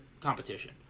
competition